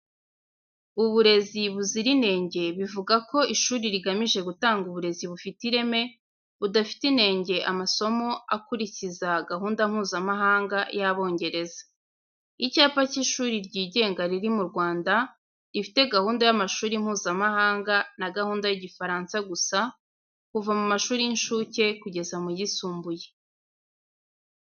Uburezi buzira inenge, bivuga ko ishuri rigamije gutanga uburezi bufite ireme, budafite inenge amasomo akurikiza gahunda Mpuzamahanga y’Abongereza. Icyapa cy’ishuri ryigenga riri mu Rwanda, rifite gahunda y’amashuri Mpuzamahanga na gahunda y’Igifaransa gusa, kuva mu mashuri y’incuke kugeza mu yisumbuye.